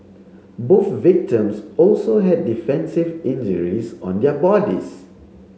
both victims also had defensive injuries on their bodies